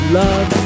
love